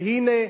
והנה,